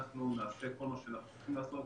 אנחנו נעשה כל מה שאנחנו צריכים לעשות,